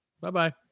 Bye-bye